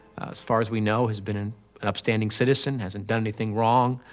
as far as we know, has been an upstanding citizen, hasn't done anything wrong.